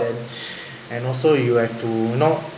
and and also you have to not